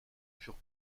furent